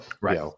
Right